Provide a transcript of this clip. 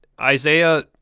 Isaiah